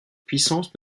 puissances